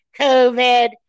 COVID